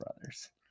Brothers